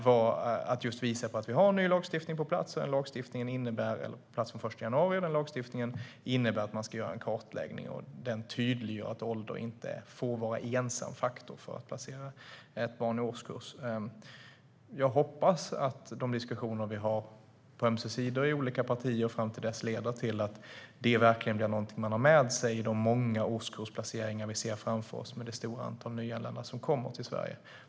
Jag ville visa att vi har en ny lagstiftning på plats och att lagstiftningen - som träder i kraft den 1 januari - innebär att det ska göras en kartläggning. Den tydliggör också att ålder inte får vara ensam faktor för i vilken årskurs ett barn ska placeras. Jag hoppas att de diskussioner som man för i olika partier leder till att detta är någonting som man har med sig vid de många årskullsplaceringar som vi ser framför oss med det stora antalet nyanlända som kommer till Sverige.